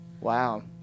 Wow